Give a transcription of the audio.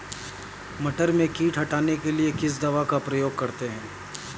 मटर में कीट हटाने के लिए किस दवा का प्रयोग करते हैं?